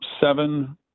seven